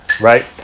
right